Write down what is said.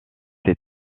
s’est